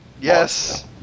Yes